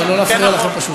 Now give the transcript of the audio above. ולא נפריע לכם פשוט.